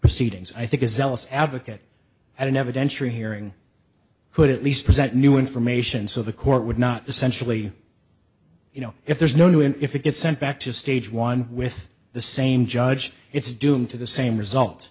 proceedings i think is zealous advocate at an evidentiary hearing could at least present new information so the court would not to centrally you know if there's no new and if it gets sent back to stage one with the same judge it's doomed to the same result